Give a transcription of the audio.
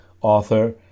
author